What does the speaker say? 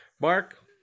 Mark